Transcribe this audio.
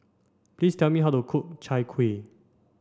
please tell me how to cook Chai Kuih